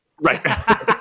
Right